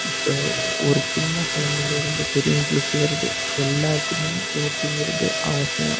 இப்போது ஒரு சின்ன குழந்தைல இருந்து பெரியவங்களுக்கு வருது எல்லாத்துக்குமே புரோட்டீன்ங்கிறது அவசியம்